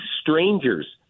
strangers